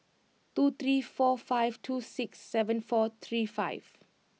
two three four five two six seven four three five